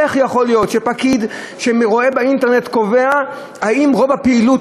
איך יכול להיות שפקיד שרואה באינטרנט קובע אם רוב הפעילות